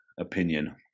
opinion